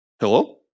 hello